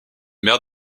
maires